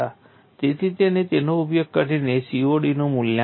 તેથી તેણે તેનો ઉપયોગ કરીને COD નું મૂલ્યાંકન કર્યું